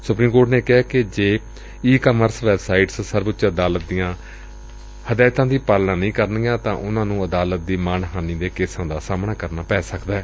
supreme court ਨੇ ਕਿਹੈ ਕਿ ਜੇ ਈ ਕਾਮਰਸ ਵੈਬਸਾਈਟਸ ਸਰਵਉੱਚ ਅਦਾਲਤ ਦੀਆਂ ਹਦਾਇਤਾਂ ਦੀ ਪਾਲਣਾ ਨਹੀਂ ਕਰਨਗੀਆਂ ਤਾਂ ਉਨੂਾਂ ਨੂੰ ਅਦਾਲਤ ਦੀ ਮਾਣ ਹਾਨੀ ਦੇ ਕੇਸਾਂ ਦਾ ਸਾਹਮਣਾ ਕਰਨਾ ਪੈ ਸਕਦੈ